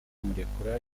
kumurekura